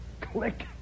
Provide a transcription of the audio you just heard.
click